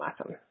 awesome